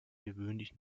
gewöhnlich